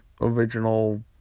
original